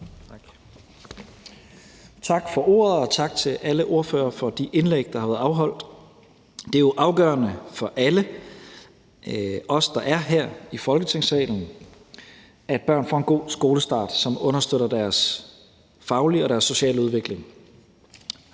Tak for ordet, og tak til alle ordførere for de indlæg, der har været afholdt. Det er jo afgørende for alle os, der er her i Folketingssalen, at børn får en god skolestart, som understøtter deres faglige og sociale udvikling.